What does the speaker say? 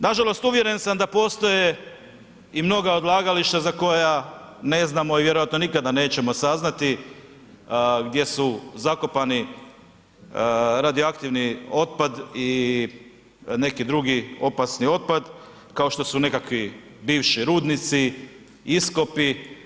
Nažalost uvjeren sam da postoje i mnoga odlagališta za koja ne znamo i vjerojatno nikada nećemo saznati gdje su zakopani radioaktivni otpad i neki drugi opasni otpad, kao što su nekakvi bivši rudnici, iskopi.